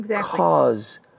cause